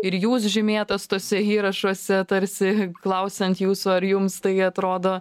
ir jūs žymėtas tuose įrašuose tarsi klausiant jūsų ar jums tai atrodo